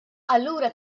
allura